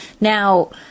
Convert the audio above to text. Now